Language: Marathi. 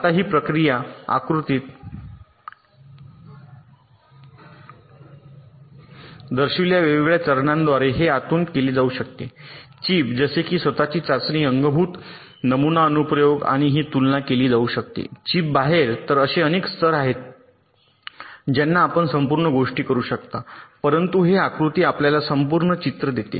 आता ही प्रक्रिया आकृतीत दर्शविलेल्या वेगवेगळ्या चरणांद्वारे हे आतून केले जाऊ शकते चिप जसे की स्वत ची चाचणी अंगभूत नमुना अनुप्रयोग आणि ही तुलना केली जाऊ शकते चिप बाहेर तर अशी अनेक स्तर आहेत ज्यात आपण संपूर्ण गोष्ट करू शकता परंतु हे आकृती आपल्याला संपूर्ण चित्र देते